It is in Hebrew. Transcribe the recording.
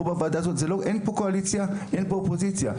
פה בוועדה הזאת אין פה קואליציה אין פה אופוזיציה.